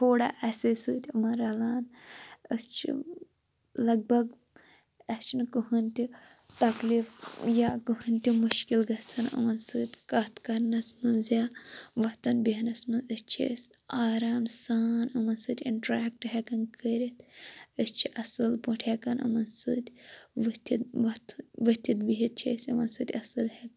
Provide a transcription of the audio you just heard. تھوڑا اَسے سۭتۍ یِمَن رَلان أسۍ چھِ لَگ بگ اَسہِ چھِنہٕ کٕہٕنۍ تہِ تَکلیف یا کٕہٕنۍ تہِ مُشکِل گَژھان یِمَن سۭتۍ کَتھ کَرنَس منٛز یا وَتھَن بیٚہنَس منٛز أسۍ چھ أسۍ آرام سان یِمَن سۭتۍ اِنٹریکٹہٕ ہیٚکان کٔرِتھ أسۍ چھِ اَصٕل پٲٹھۍ ہیٚکان یِمَن سۭتۍ ؤتھِتھ وَتھُن وتھِتھ بیٚہتھ چھِ أسۍ یِمَن سۭتۍ اَصٕل ہِیٚکان